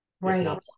right